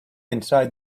inside